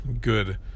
good